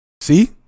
See